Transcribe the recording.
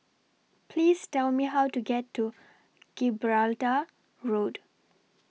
Please Tell Me How to get to Gibraltar Road